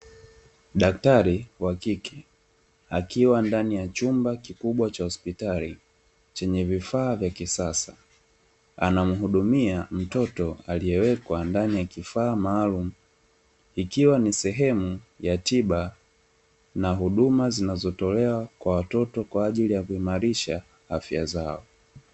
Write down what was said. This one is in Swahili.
Daktari wa kike akiwa ndani ya chumba kikubwa chenye vifaa vya kisasa, anamhudumia mtoto aliyewekwa ndani ya kifaa maalumu ikiwa ni sehemu ya tiba kwa watoto kwa ajili ya kuimarisha afya zao.